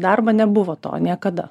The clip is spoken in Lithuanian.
darbą nebuvo to niekada